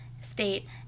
state